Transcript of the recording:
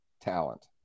talent